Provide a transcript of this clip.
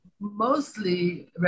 mostly